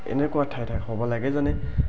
এনেকুৱা ঠাই হ'ব লাগে যেনে